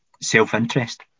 self-interest